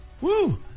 Woo